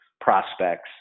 prospects